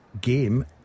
game